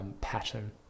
pattern